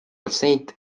saint